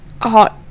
hot